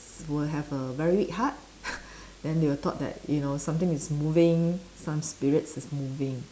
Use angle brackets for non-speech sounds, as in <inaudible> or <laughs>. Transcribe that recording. will have a very hard <laughs> then they will thought that you know something is moving some spirits is moving